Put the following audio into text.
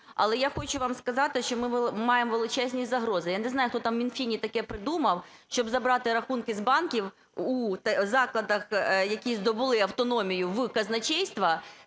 але я хочу вам сказати, що ми маємо величезні загрози. Я не знаю, хто там у Мінфіні таке придумав, щоб забрати рахунки з банків у закладах, які здобули автономію, в казначейство.